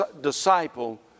disciple